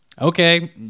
Okay